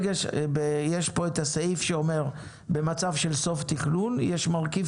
יש פה את הסעיף שאומר שבמצב של סוף תכנון יש מרכיב